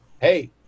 hey